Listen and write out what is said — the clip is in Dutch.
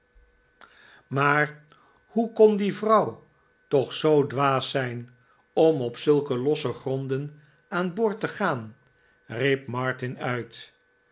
maar hoe kon die vrouw toch zoo dwaas zijn om op zulke losse gronden aan boord te gaan riep martin uit